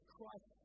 Christ